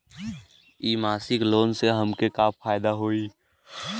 इ मासिक लोन से हमके का फायदा होई?